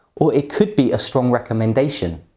or it could be a strong recommendation.